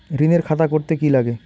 ঋণের খাতা করতে কি লাগে?